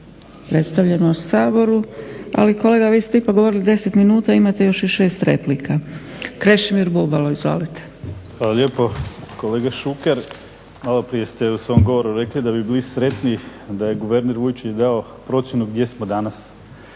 Hvala lijepo. Kolega Šuker, malo prije ste u svom govoru rekli da bi bili sretniji da je jučer dao procjenu gdje smo danas.